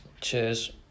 Cheers